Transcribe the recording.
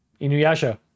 Inuyasha